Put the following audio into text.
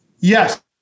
Yes